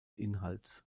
inhalts